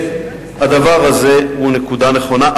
הדבר הזה הוא נקודה נכונה,